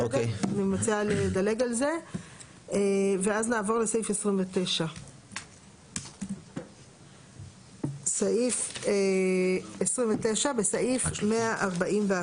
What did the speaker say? אני מציעה לדלג על זה ואז נעבור לסעיף 29. (29) בסעיף 141